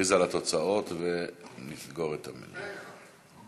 נכריז על התוצאות ונסגור את הישיבה.